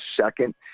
second